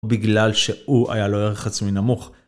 בגלל שהוא היה לו ערך עצמי נמוך.